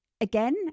again